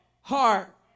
heart